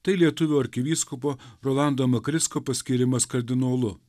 tai lietuvio arkivyskupo rolando makricko paskyrimas kardinolu